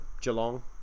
Geelong